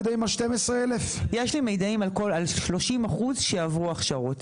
יש לי מידעים על 30% שעברו הכשרות.